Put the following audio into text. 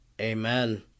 Amen